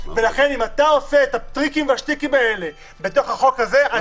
לכן אם אתה עושה את הטריקים ואת השטיקים האלה בחוק הזה,